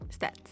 Stats